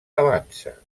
avança